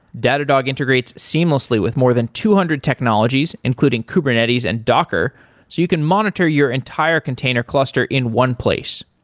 datadog integrates seamlessly with more than two hundred technologies, including kubernetes and docker, so you can monitor your entire container cluster in one place.